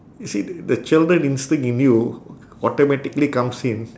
you see t~ the children instinct in you automatically comes in